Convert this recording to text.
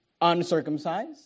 uncircumcised